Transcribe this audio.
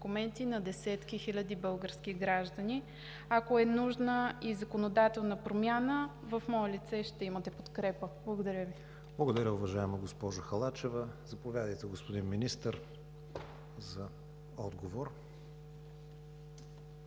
на десетки хиляди български граждани. Ако е нужна и законодателна промяна, в мое лице ще имате подкрепа. Благодаря Ви. ПРЕДСЕДАТЕЛ КРИСТИАН ВИГЕНИН: Благодаря Ви, уважаема госпожо Халачева. Заповядайте, господин Министър, за отговор.